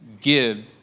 give